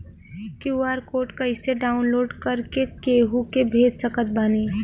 QR code कइसे download कर के केहु के भेज सकत बानी?